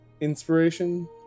Inspiration